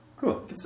Cool